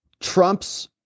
Trump's